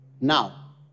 Now